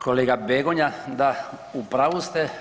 Kolega Begonja, da, u pravu ste.